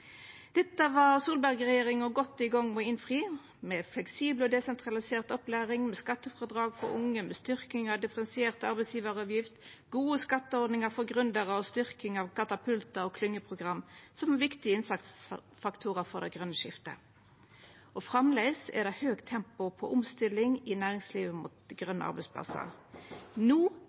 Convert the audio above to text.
med å innfri, med fleksibel og desentralisert opplæring, med skattefrådrag for unge, med styrking av differensiert arbeidsgjevaravgift, med gode skatteordningar for gründerar og med styrking av katapultar og klyngeprogram som viktige innsatsfaktorar for det grøne skiftet. Framleis er det høgt tempo på omstilling i næringslivet mot grøne arbeidsplassar. No